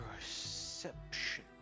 Perception